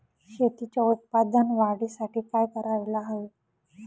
शेतीच्या उत्पादन वाढीसाठी काय करायला हवे?